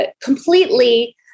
completely